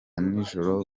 nijoro